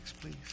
please